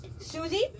Susie